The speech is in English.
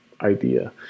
idea